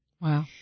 Wow